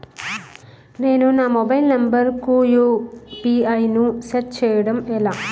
నేను నా mobile number కుయు.పి.ఐ ను సెట్ చేయడం ఎలా?